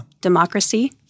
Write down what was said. democracy